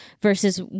versus